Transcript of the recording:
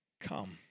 Come